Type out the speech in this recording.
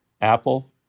Apple